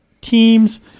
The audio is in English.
teams